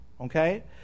Okay